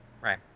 Right